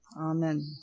Amen